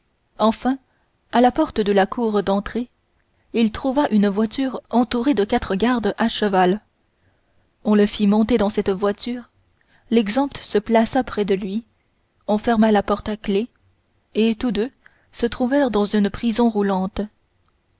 enfin à la porte de la cour d'entrée il trouva une voiture entourée de quatre gardes à cheval on le fit monter dans cette voiture l'exempt se plaça près de lui on ferma la portière à clef et tous deux se trouvèrent dans une prison roulante